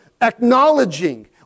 acknowledging